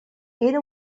era